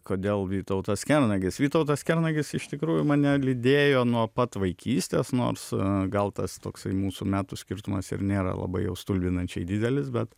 kodėl vytautas kernagis vytautas kernagis iš tikrųjų mane lydėjo nuo pat vaikystės nors gal tas toksai mūsų metų skirtumas ir nėra labai jau stulbinančiai didelis bet